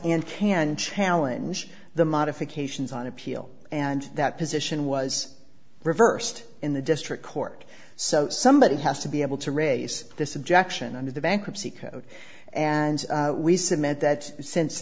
and can challenge the modifications on appeal and that position was reversed in the district court so somebody has to be able to raise this objection under the bankruptcy code and we submit that s